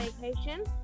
vacation